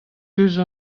diouzh